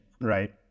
right